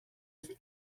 est